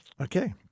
Okay